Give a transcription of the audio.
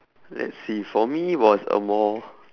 let's see for me was a more